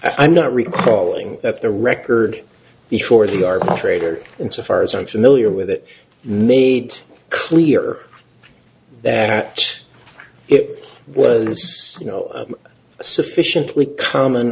i'm not recalling that the record before the arbitrator insofar as such a milieu with it made clear that it was you know a sufficiently common